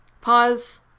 pause